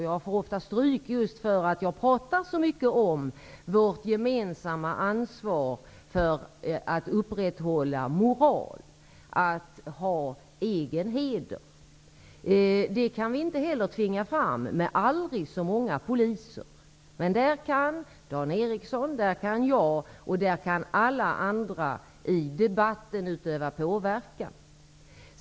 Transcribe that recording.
Jag får ofta ta emot stryk just för att jag talar så mycket om vårt gemensamma ansvar för upprätthållandet av moralen, hur viktigt det är att vi har egen heder. Det kan vi inte tvinga fram med aldrig så många poliser, men Dan Ericsson, jag och alla andra kan i debatten utöva påverkan.